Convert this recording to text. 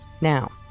Now